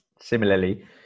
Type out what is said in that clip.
similarly